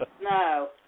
No